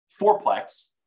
fourplex